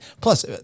Plus